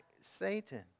Satan